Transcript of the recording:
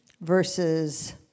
verses